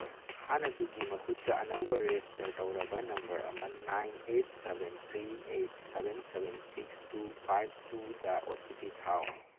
ꯍꯥꯟꯅꯗꯨꯒꯤ ꯃꯍꯨꯠꯇ ꯑꯅꯧꯕ ꯔꯦꯁꯇꯔ ꯇꯧꯔꯕ ꯅꯝꯕꯔ ꯑꯃ nine eight seven three eight seven seven six two five ꯇꯨꯗ ꯑꯣ ꯇꯤ ꯄꯤ ꯊꯥꯎ